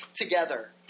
together